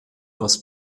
aus